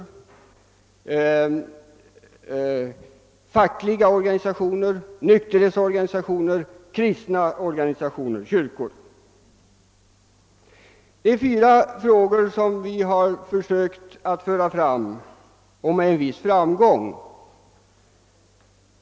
Dessutom finns fackliga organisationer, nykterhetsorganisationer och kristna organisationer Det är främst fyra saker jag vill ta upp, där vi har verkat med en viss framgång.